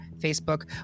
Facebook